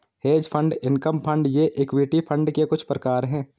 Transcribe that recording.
hedge fund income fund ये equity fund के कुछ प्रकार हैं